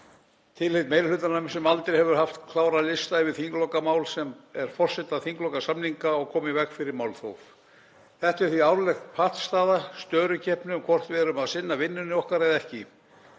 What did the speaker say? tilheyrt meiri hlutanum, sem aldrei hefur klárað lista yfir þinglokamál sem eru forsenda þinglokasamninga og koma í veg fyrir málþóf. Þetta er því árleg pattstaða, störukeppni um hvort við erum að sinna vinnunni okkar eða ekki.